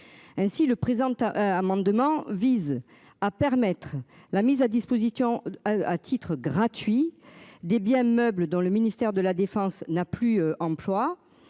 Ainsi le présente un amendement vise à permettre la mise à disposition à titre gratuit des biens meubles dans le ministère de la Défense n'a plus emploi